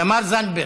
תמר זנדברג,